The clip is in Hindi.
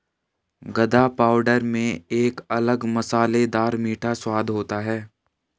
गदा पाउडर में एक अलग मसालेदार मीठा स्वाद होता है